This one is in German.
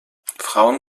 frauen